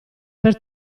per